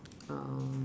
um